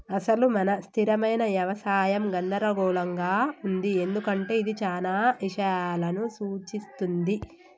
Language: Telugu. అసలు మన స్థిరమైన యవసాయం గందరగోళంగా ఉంది ఎందుకంటే ఇది చానా ఇషయాలను సూఛిస్తుంది